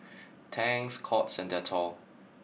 Tangs Courts and Dettol